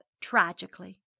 tragically